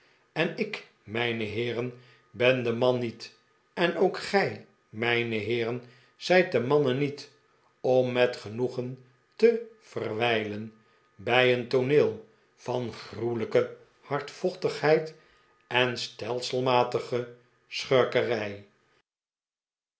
en ik mijne heeren ben de man niet en ook gij r mijne heeren zijt de mannen niet om met genoegen te verwijlen bij een tooneel van gruwelijke hardvochtigheid en stelselmatige schurkerij